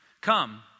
Come